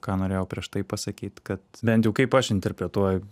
ką norėjau prieš tai pasakyt kad bent jau kaip aš interpretuoju